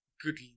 good